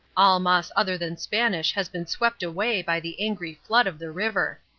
all moss other than spanish had been swept away by the angry flood of the river.